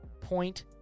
point